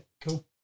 cool